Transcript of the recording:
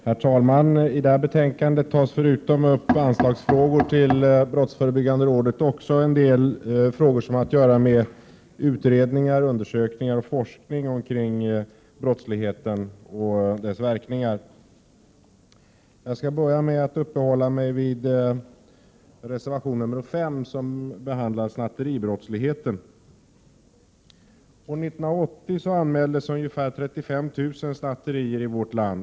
Herr talman! I det här betänkandet behandlas, förutom frågor om anslag till BRÅ, en del frågor som har att göra med utredningar, undersökningar och forskning omkring brottsligheten och dess verkningar. Jag skall till att börja med uppehålla mig vid reservation nr 5, som behandlar snatteribrottsligheten. År 1980 anmäldes ungefär 35 000 snatterier i vårt land.